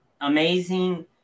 amazing